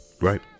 Right